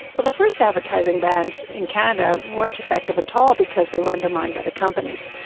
well, the first advertising bans in canada weren't effective at all, because they were undermined by the companies.